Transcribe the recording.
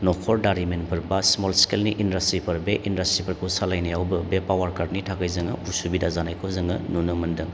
न'खर दारिमिनफोर बा स्म'ल स्केलनि इन्डास्ट्रिफोर बे इन्डास्ट्रिफोरखौ सालायनायावबो बे पावार काटनि थाखाय जोङो उसुबिदा जानायखौ जोङो नुनो मोनदों